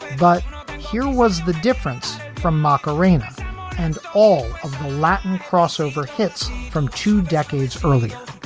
but here was the difference from macarena and all of her latin crossover hits from two decades earlier.